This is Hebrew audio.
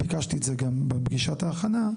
ביקשתי את זה גם בפגישת ההכנה,